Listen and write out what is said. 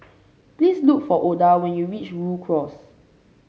please look for Oda when you reach Rhu Cross